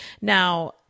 Now